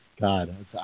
God